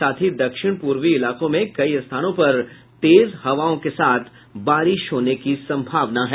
साथ ही दक्षिण पूर्वी इलाकों में कई स्थानों पर तेज हवाओं के साथ बारिश होने की संभावना है